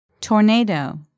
Tornado